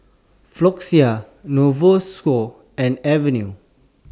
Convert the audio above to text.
Floxia Novosource and Avene